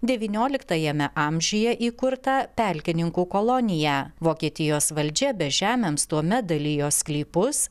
devynioliktajame amžiuje įkurtą pelkininkų koloniją vokietijos valdžia bežemiams tuomet dalijo sklypus